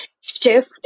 shift